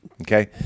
Okay